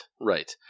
right